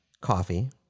Coffee